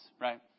right